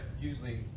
usually